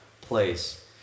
place